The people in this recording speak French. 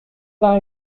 vingt